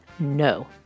no